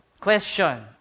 Question